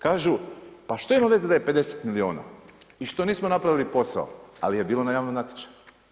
Kažu pa što ima veze da je i 50 milijuna i što nismo napravili posao, ali je bilo na javnom natječaju.